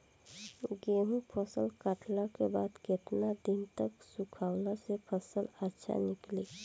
गेंहू फसल कटला के बाद केतना दिन तक सुखावला से फसल अच्छा निकली?